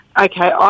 okay